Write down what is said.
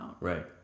Right